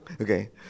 Okay